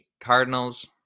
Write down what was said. Cardinals